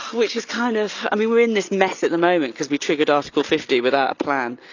which is kind of, i mean we're in this mess at the moment cause we triggered article fifty without a plan.